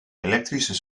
elektrische